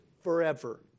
forever